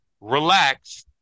relax